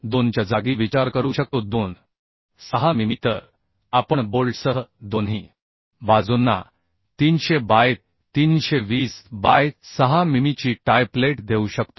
2च्या जागी विचार करू शकतो 2 म्हणा 6 मिमी तर आपण बोल्टसह दोन्ही बाजूंना 300 बाय 320 बाय 6 मिमीची टाय प्लेट देऊ शकतो